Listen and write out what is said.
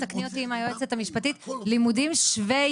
תקני אותי היועצת המשפטית "לימודי שווי